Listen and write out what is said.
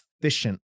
efficient